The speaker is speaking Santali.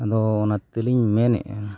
ᱟᱫᱚ ᱚᱱᱟ ᱛᱮᱞᱤᱧ ᱢᱮᱱᱮᱫᱼᱟ